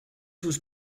was